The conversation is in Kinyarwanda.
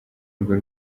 urwo